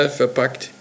verpackt